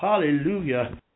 Hallelujah